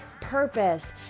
purpose